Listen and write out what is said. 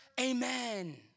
Amen